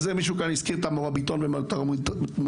מישהו כאן הזכיר את המוראביטון ואת המוראביטת.